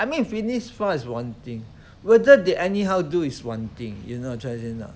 I mean you finish fast is one thing whether they anyhow do is one thing you know what I'm trying to say or not